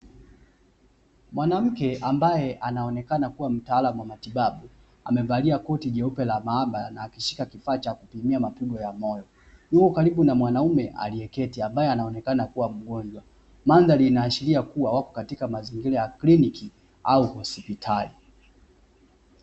Mwanamke ambaye anaonekana kuwa ni mtaalamu wa matibabu amevalia koti jeupe la maabara na akishika kifaa cha kupimia mapigo ya moyo, yupo karibu na mwanaume aliyeketi ambaye anaonekana kuwa mgonjwa. Mandhari inaashiria kuwa wapo katika mazingira ya kliniki au hospitali.